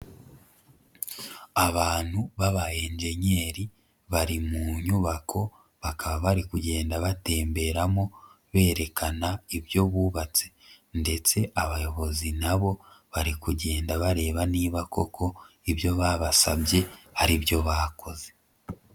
Abantu b'aba enjenyeri bari mu nyubako, bakaba bari kugenda batemberamo berekana ibyo bubatse ndetse abayobozi na bo bari kugenda bareba niba koko ibyo babasabye ari byo bakoze.